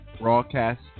broadcast